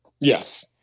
Yes